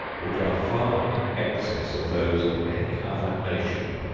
which are far in excess of those of any other nation,